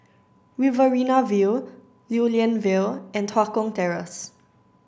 Riverina View Lew Lian Vale and Tua Kong Terrace